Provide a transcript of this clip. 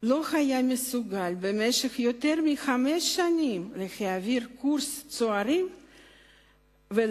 לא היה מסוגל במשך יותר מחמש שנים להעביר קורס צוערים ולכן